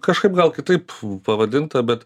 kažkaip gal kitaip pavadinta bet